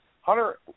Hunter